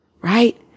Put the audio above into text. right